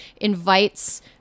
invites